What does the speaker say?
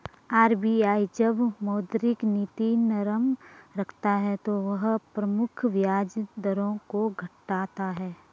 RBI जब मौद्रिक नीति नरम रखता है तो वह प्रमुख ब्याज दरों को घटाता है